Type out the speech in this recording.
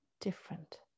different